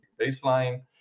baseline